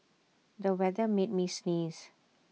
the weather made me sneeze